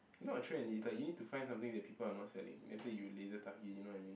it's not a trend is like you need to find something that people are not selling later you you know what I mean